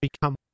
become